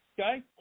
Okay